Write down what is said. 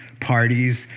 parties